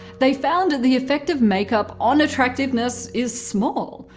they found that the effect of makeup on attractiveness is small,